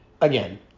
again